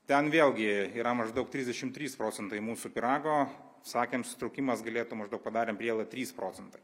ten vėlgi yra maždaug trisdešimt trys procentai mūsų pyrago sakėm susitraukimas galėtų maždaug padarėm prielaidą trys procentai